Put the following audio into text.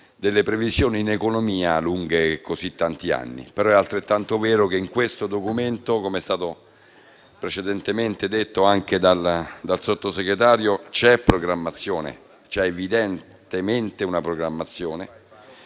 delle previsioni in economia lunghe così tanti anni. Però, è altrettanto vero che in questo documento - come è stato precedentemente detto anche dal Sottosegretario - c'è una programmazione